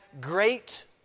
great